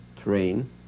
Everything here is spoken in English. train